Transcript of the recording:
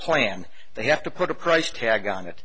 plan they have to put a price tag on it